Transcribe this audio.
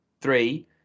three